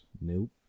Nope